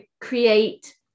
create